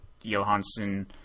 Johansson